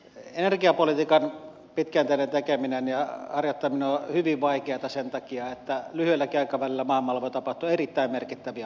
energiapolitiikan pitkäjänteinen tekeminen ja harjoittaminen on hyvin vaikeata sen takia että lyhyelläkin aikavälillä maailmalla voi tapahtua erittäin merkittäviä muutoksia